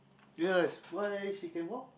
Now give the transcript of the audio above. yes why she can walk